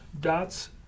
dots